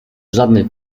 żadnych